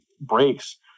breaks